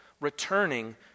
returning